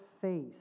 face